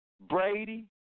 Brady